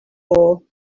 for